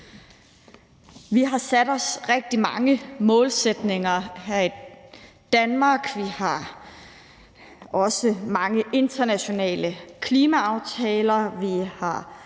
Vi har sat os rigtig mange målsætninger her i Danmark, vi har også mange internationale klimaaftaler,